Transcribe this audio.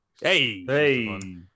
Hey